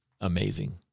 amazing